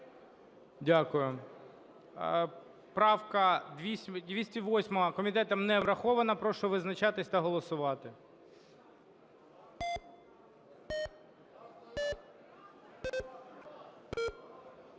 Дякую. 871 правка комітетом не врахована. Прошу визначатись та голосувати.